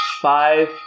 five